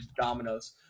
dominoes